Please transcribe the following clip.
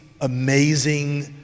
amazing